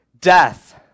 death